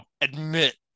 admit